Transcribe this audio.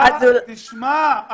אתה תשמע,